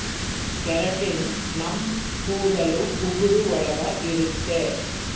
keratin ನಮ್ ಕೂದಲು ಉಗುರು ಒಳಗ ಇರುತ್ತೆ